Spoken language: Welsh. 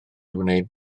wneud